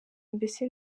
mbese